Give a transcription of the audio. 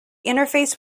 interface